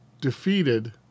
defeated